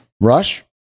Rush